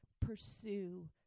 pursue